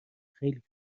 خیلی